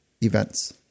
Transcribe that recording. events